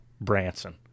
Branson